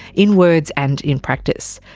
in words and in practice.